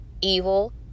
evil